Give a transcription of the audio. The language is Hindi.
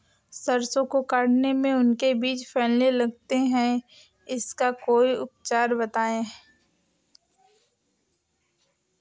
सरसो को काटने में उनके बीज फैलने लगते हैं इसका कोई उपचार बताएं?